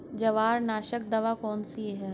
जवार नाशक दवा कौन सी है?